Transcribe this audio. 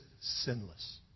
sinless